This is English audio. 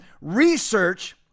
research